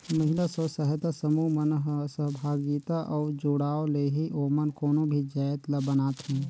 महिला स्व सहायता समूह मन ह सहभागिता अउ जुड़ाव ले ही ओमन कोनो भी जाएत ल बनाथे